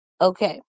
Okay